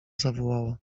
zawołała